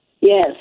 Yes